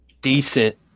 decent